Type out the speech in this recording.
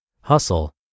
hustle